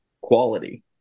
quality